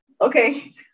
okay